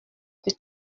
que